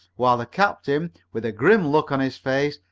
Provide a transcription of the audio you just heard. while the captain, with a grim look on his face,